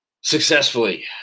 successfully